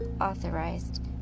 authorized